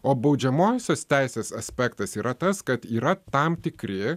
o baudžiamosios teisės aspektas yra tas kad yra tam tikri